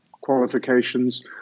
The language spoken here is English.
qualifications